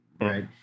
right